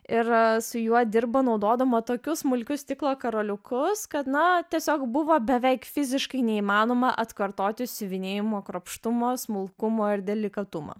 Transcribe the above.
ir su juo dirbo naudodama tokius smulkius stiklo karoliukus kad na tiesiog buvo beveik fiziškai neįmanoma atkartoti siuvinėjimo kruopštumo smulkumo ir delikatumo